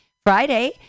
Friday